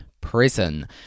prison